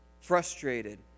frustrated